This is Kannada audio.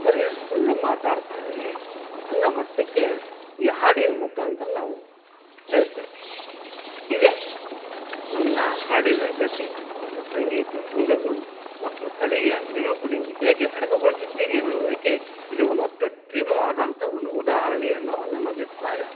ಬರೀ ಸುಳ್ಳು ಮಾತಾಡ್ತಾನೆ ಅನ್ನೋ ಮಟ್ಟಕ್ಕೆ ಈ ಹಾಡಿನ ಮುಖಾಂತರ ನಾವು ಹೇಳ್ತೇವೆ ಇದೇ ನನ್ನ ಹಾಡಿನ ಗತಿ ಮತ್ತು ಸಂಗೀತದ ಅಂಗಗಳು ಮತ್ತು ಕಲೆಯ ನಿರೂಪಣೆನ ಹೇಗೆ ಅಡಕಗೊಳಿಸುತ್ತೀರಿ ಎನ್ನುವುದಕ್ಕೆ ಇದು ಒಂದು ಅತ್ಯುತ್ತಮವಾದಂತ ಒಂದು ಉದಾಹರ್ಣಿ ಅನ್ನೋ ನನ್ನಭಿಪ್ರಾಯ